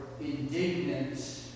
indignant